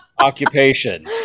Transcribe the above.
occupation